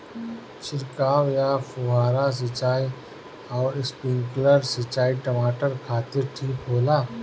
छिड़काव या फुहारा सिंचाई आउर स्प्रिंकलर सिंचाई टमाटर खातिर ठीक होला?